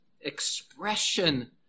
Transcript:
expression